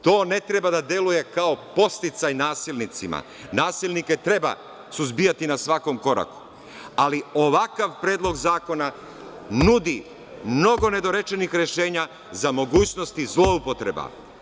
To ne treba da deluje, kao podsticaj nasilnicima, nasilnike treba suzbijati na svakom koraku, ali ovakav Predlog zakona nudi mnogo nedorečenih rešenja za mogućnosti zloupotreba.